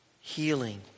healing